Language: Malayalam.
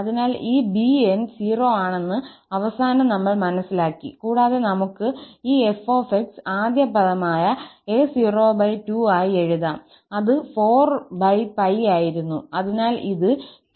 അതിനാൽ ഈ 𝑏𝑛 0 ആണെന്ന് അവസാനം നമ്മൾ മനസ്സിലാക്കി കൂടാതെ നമുക്ക് ഈ 𝑓 𝑥 ആദ്യ പദമായ a02 ആയി എഴുതാം അത് 4𝜋 ആയിരുന്നു അതിനാൽ ഇത് 2𝜋 ആയിരിക്കും